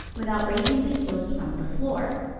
without raising the heels from the floor.